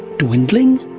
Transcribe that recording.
dwindling?